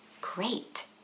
Great